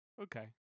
Okay